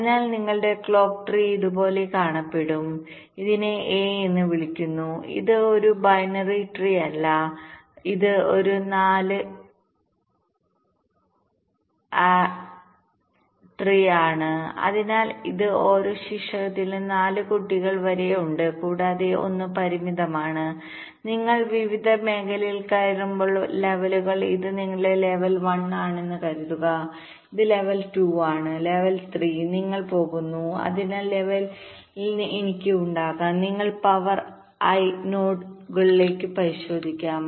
അതിനാൽ നിങ്ങളുടെ clock tree ഇതുപോലെ കാണപ്പെടും ഇതിനെ എ എന്ന് വിളിക്കുന്നു ഇത് ഒരു ബൈനറി ട്രീഅല്ല ഇത് 4 ആരി ട്രീ ആണ് അതായത് ഓരോ ശീർഷകത്തിനും 4 കുട്ടികൾ വരെ ഉണ്ട് കൂടാതെ 1 പരിമിതിയാണ് നിങ്ങൾ വിവിധ മേഖലകളിൽ കയറുമ്പോൾ ലെവലുകൾ ഇത് നിങ്ങളുടെ ലെവൽ 1 ആണെന്ന് കരുതുക ഇത് ലെവൽ 2 ആണ് ലെവൽ 3 നിങ്ങൾ പോകുന്നു അതിനാൽ ലെവലിൽ എനിക്ക് ഉണ്ടാകും നിങ്ങൾക്ക് പവർ ഐ നോഡുകളിലേക്ക് 4 പരിശോധിക്കാം